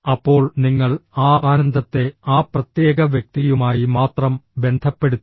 അപ്പോൾ നിങ്ങൾ ആ ആനന്ദത്തെ ആ പ്രത്യേക വ്യക്തിയുമായി മാത്രം ബന്ധപ്പെടുത്തും